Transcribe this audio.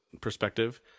perspective